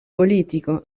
politico